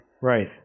Right